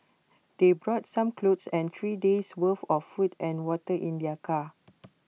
they brought some clothes and three days' worth of food and water in their car